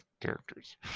characters